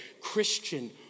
Christian